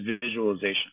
visualization